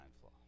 flaw